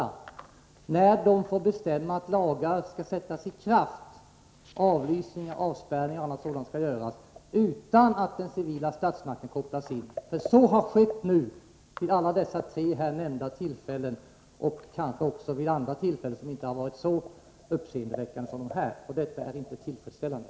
Det måste stå klart vid vilka tillfällen de får bestämma att lagar skall sättas i kraft, att avlysningar, avspärrningar och annat sådant skall ske, utan att den civila statsmakten kopplas in. De militära cheferna har beslutat i sådana frågor vid de tre tillfällen vi har nämnt här och kanske också vid andra tillfällen, som inte har varit så uppseendeväckande. Detta är inte tillfredsställande.